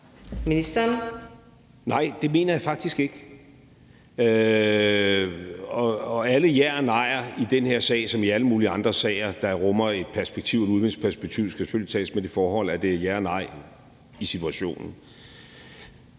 Nej, det mener jeg faktisk ikke, og alle ja'er og nej'er i den her sag som i alle mulige andre sager, der rummer et udenrigsperspektiv, skal selvfølgelig tages med det forbehold, at det er ja og nej i situationen.